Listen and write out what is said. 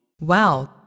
Wow